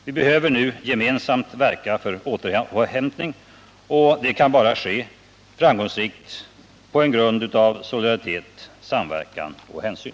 Vi behöver nu gemensamt verka för återhämtning, och det kan bara ske framgångsrikt på en grund av solidaritet, samverkan och hänsyn.